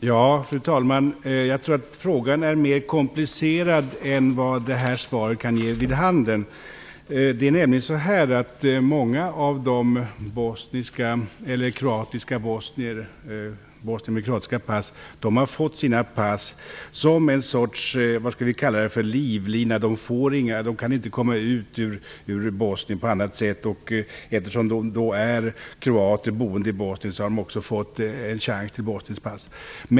Fru talman! Jag tror att frågan är mer komplicerad än vad det här svaret kan ge vid handen. Många av bosnierna med kroatiska pass har fått passen som en sorts livlina. De kan inte komma ut ur Bosnien på något annat sätt. Eftersom de är kroater boende i Bosnien har de också fått en chans att få bosniska pass.